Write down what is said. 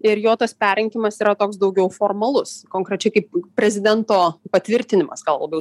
ir jo tas perrinkimas yra toks daugiau formalus konkrečiai kaip prezidento patvirtinimas gal labiau